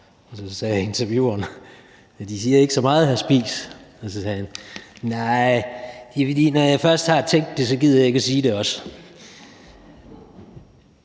så sagde intervieweren: De siger ikke så meget, hr. Spies. Og så sagde han: Nej, det er, fordi når jeg først har tænkt det, så gider jeg ikke at sige det også.